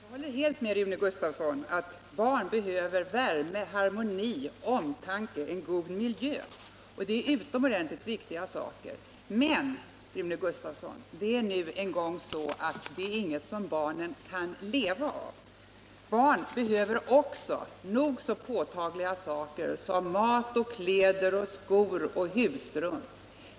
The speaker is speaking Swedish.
Herr talman! Rune Gustavsson sade att det viktigaste av allt är att skapa ett barnoch familjevänligt samhälle. Jag håller helt med Rune Gustavsson om att barn behöver värme, harmoni, omtanke och en god miljö. Det är utomordentligt viktiga saker. Men, Rune Gustavsson, det är nu en gång så att det är inget som barn kan leva av. Barn behöver också nog så påtagliga saker som mat, kläder, skor och husrum.